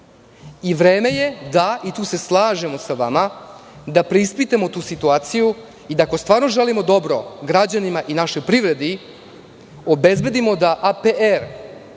i vreme je da, i tu se slažemo sa vama, preispitamo tu situaciju i da ako stvarno želimo dobro građanima i našoj privredi, obezbedimo da APR